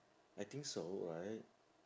I think so right